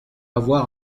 avoir